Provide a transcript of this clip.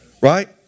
Right